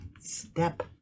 step